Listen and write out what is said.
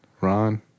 Ron